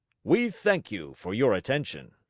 we thank you for your attention!